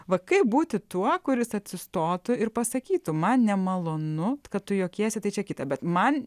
va kaip būti tuo kuris atsistotų ir pasakytų man nemalonu kad tu juokiesi tai čia kita bet man